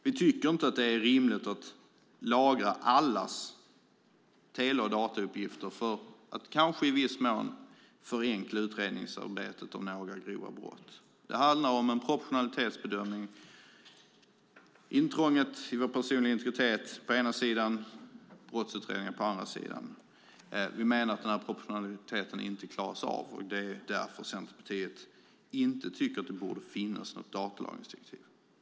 Vi tycker inte att det är rimligt att lagra allas tele och datauppgifter för att kanske i viss mån förenkla utredningsarbetet av några grova brott. Det handlar om en proportionalitetsbedömning av intrånget i den personliga integriteten å ena sidan och brottsutredningen å andra sidan. Vi menar att proportionaliteten inte klaras av, och det är därför Centerpartiet inte tycker att det borde finnas ett datalagringsdirektiv.